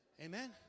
Amen